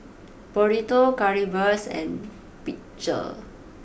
Burrito Currywurst and Pretzel